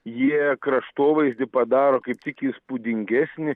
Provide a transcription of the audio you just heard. jie kraštovaizdį padaro kaip tik įspūdingesnį